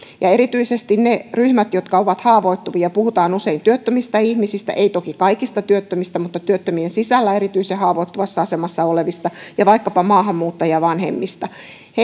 erityisesti niille ryhmille jotka ovat haavoittuvia puhutaan usein työttömistä ihmisistä mutta ei toki kaikista työttömistä vaan työttömien sisällä erityisen haavoittuvassa asemassa olevista ja vaikkapa maahanmuuttajavanhemmista